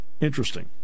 interesting